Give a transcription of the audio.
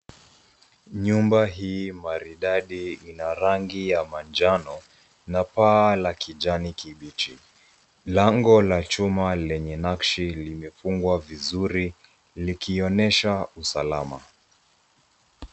Nyumba hii maridadi ina rangi ya manjano na paa la kijani kibichi. Lango la chuma lenye nakshi limefungwa vizuri likionyesha usalama.